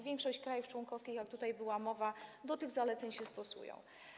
Większość krajów członkowskich, o czym tutaj była mowa, do tych zaleceń się stosuje.